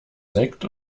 sekt